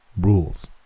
rules